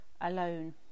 alone